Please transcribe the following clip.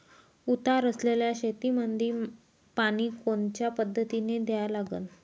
उतार असलेल्या शेतामंदी पानी कोनच्या पद्धतीने द्या लागन?